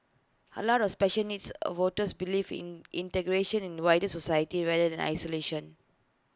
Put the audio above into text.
A lot of special needs A voters believe in integration in the wider society rather than isolation